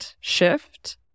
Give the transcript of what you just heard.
shift